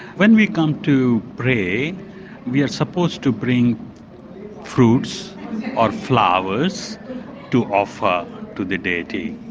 when we come to pray we are supposed to bring fruits or flowers to offer to the deity.